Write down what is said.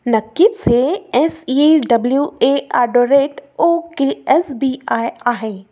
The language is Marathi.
नक्कीच हे S E W A at the rate O K S B I आहे